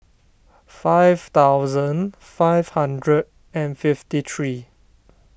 five thousand five hundred and fifty three